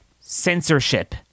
censorship